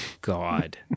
God